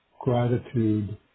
gratitude